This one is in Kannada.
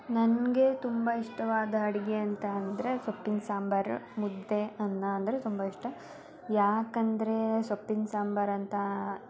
ನನಗೆ ತುಂಬ ಇಷ್ಟವಾದ ಅಡುಗೆ ಅಂತ ಅಂದರೆ ಸೊಪ್ಪಿನ ಸಾಂಬಾರು ಮುದ್ದೆ ಅನ್ನ ಅಂದರೆ ತುಂಬ ಇಷ್ಟ ಯಾಕಂದರೆ ಸೊಪ್ಪಿನ ಸಾಂಬಾರಂತ